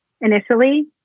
initially